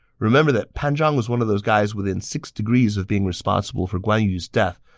remember that pan zhang was one of those guys within six degrees of being responsible for guan yu's death,